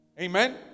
amen